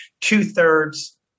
two-thirds